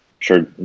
sure